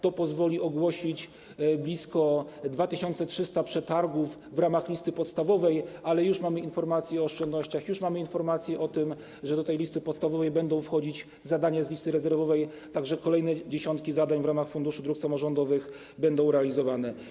To pozwoli ogłosić blisko 2300 przetargów w ramach listy podstawowej, ale już mamy informacje o oszczędnościach, już mamy informacje o tym, że do tej listy podstawowej będą dołączone zadania z listy rezerwowej, tak że kolejne dziesiątki zadań w ramach Funduszu Dróg Samorządowych będą realizowane.